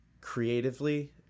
creatively